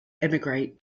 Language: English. emigrate